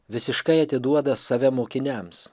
visiškai atiduoda save mokiniams